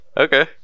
Okay